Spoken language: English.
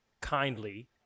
kindly